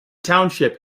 township